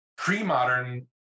pre-modern